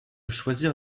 choisir